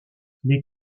les